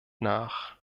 nach